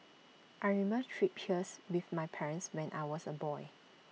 I remember trips hairs with my parents when I was A boy